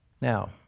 Now